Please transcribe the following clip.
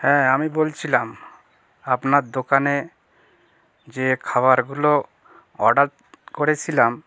হ্যাঁ আমি বলছিলাম আপনার দোকানে যে খাবারগুলো অর্ডার করেছিলাম